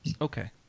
Okay